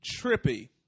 trippy